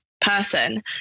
person